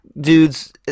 dudes